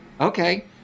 Okay